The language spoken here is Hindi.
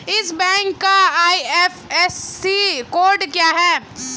इस बैंक का आई.एफ.एस.सी कोड क्या है?